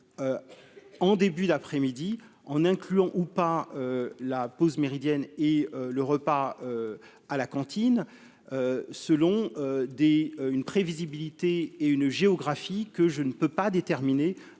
en début d'après-midi, en incluant ou pas la pause méridienne et le repas à la cantine selon des une prévisibilité et une géographie que je ne peux pas déterminer